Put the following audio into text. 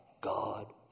God